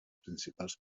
principals